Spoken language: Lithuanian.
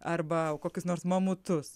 arba kokius nors mamutus